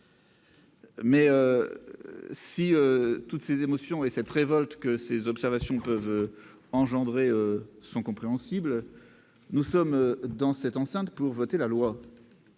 si toutes les émotions et la révolte que ces situations peuvent susciter sont compréhensibles, nous sommes ici, dans cette enceinte, pour voter la loi.